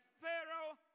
Pharaoh